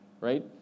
right